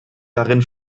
darin